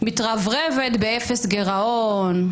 מתרברבת באפס גירעון,